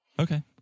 Okay